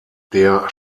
der